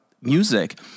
music